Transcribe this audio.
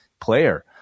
player